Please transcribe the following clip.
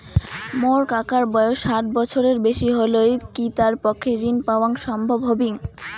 মোর কাকার বয়স ষাট বছরের বেশি হলই কি তার পক্ষে ঋণ পাওয়াং সম্ভব হবি?